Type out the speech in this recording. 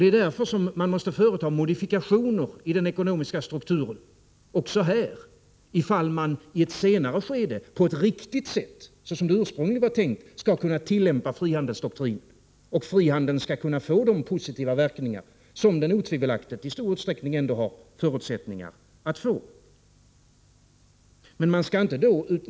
Det är därför som man måste företa modifikationer i den ekonomiska strukturen också här, om man i ett senare skede på ett riktigt sätt, som det ursprungligen var tänkt, skall kunna tillämpa frihandelsdoktrinen, och om frihandeln skall kunna få de positiva verkningar som den otvivelaktigt har förutsättningar att få i stor utsträckning.